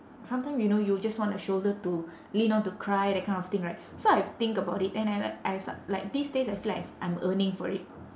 sometime you know you just want a shoulder to lean on to cry that kind of thing right so I've think about it and I like I s~ like these days I feel like I've I'm yearning for it